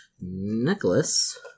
necklace